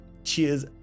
Cheers